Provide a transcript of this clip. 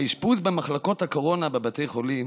האשפוז במחלקות הקורונה בבתי החולים,